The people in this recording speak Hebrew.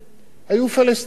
היו פלסטינים.